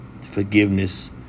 forgiveness